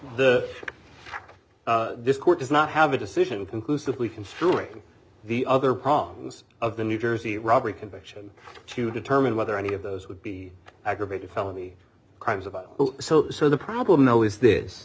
the this court does not have a decision conclusively construing the other prongs of the new jersey robbery conviction to determine whether any of those would be aggravated felony crimes about so so the problem though is this